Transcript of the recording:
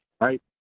right